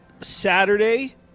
Saturday